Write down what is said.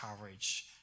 courage